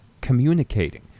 communicating